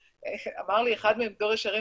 אמר לי אחד מ'דור ישרים',